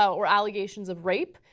or allegations, of rape.